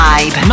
Vibe